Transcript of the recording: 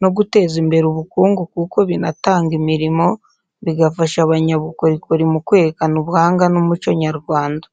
no guteza imbere ubukungu kuko binatanga imirimo, bigafasha abanyabukorikori mu kwerekana ubuhanga n’umuco nyarwanda.